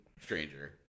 stranger